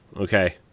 Okay